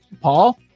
Paul